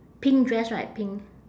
pink dress right pink